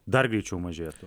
dar greičiau mažėtų